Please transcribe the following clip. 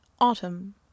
Autumn